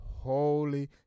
Holy